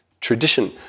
tradition